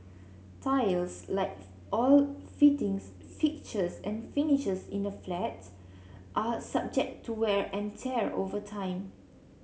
tiles like all fittings fixtures and finishes in a flats are subject to wear and tear over time